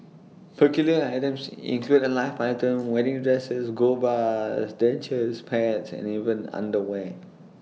peculiar items include A live python wedding dresses gold bars dentures pets and even underwear